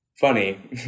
funny